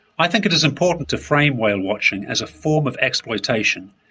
i think it is important to frame whale watching as a form of exploitation,